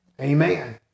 Amen